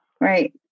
Right